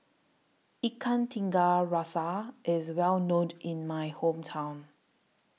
Ikan Tiga Rasa IS Well know in My Hometown